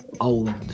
old